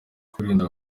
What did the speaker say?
kwirinda